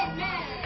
Amen